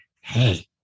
hey